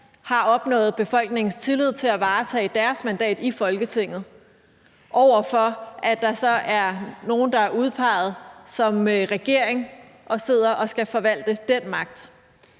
har opnået befolkningens tillid til at varetage deres mandat i Folketinget, over for det, at der så er nogle, der er udpeget som regering og sidder og skal forvalte den magt?